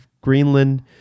Greenland